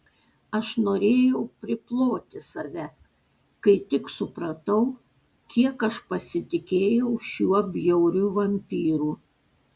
aš norėjau priploti save kai tik supratau kiek aš pasitikėjau šiuo bjauriu vampyru